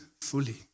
fully